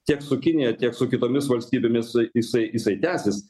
tiek su kinija tiek su kitomis valstybėmis jisai jisai jisai tęsis